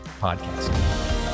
podcast